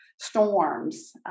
storms